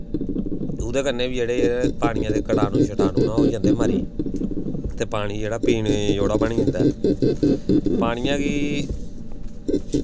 उदै कन्नै बी पानियें दे कटानूं शटानू न ओह् जंदे मरी तो पानी जेह्ड़ा पीने जोगड़ा बनी जंदा ऐ पानियै गी